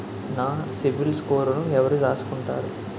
నా సిబిల్ స్కోరును ఎవరు రాసుకుంటారు